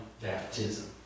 baptism